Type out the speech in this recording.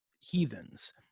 heathens